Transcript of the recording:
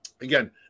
again